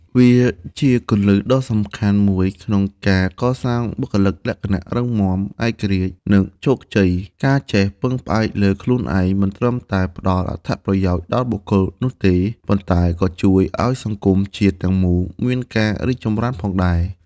វាជាគន្លឹះដ៏សំខាន់មួយក្នុងការកសាងបុគ្គលិកលក្ខណៈរឹងមាំ ឯករាជ្យ និងជោគជ័យ។ ការចេះពឹងផ្អែកលើខ្លួនឯង មិនត្រឹមតែផ្ដល់អត្ថប្រយោជន៍ដល់បុគ្គលនោះទេ ប៉ុន្តែក៏ជួយឲ្យសង្គមជាតិទាំងមូលមានការរីកចម្រើនផងដែរ។